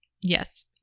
yes